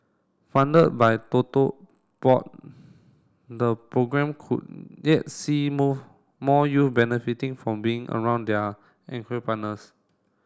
funded by Board the programme could yet see more more youth benefiting from being around their partners